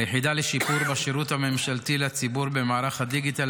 היחידה לשיפור בשירות הממשלתי לציבור במערך הדיגיטל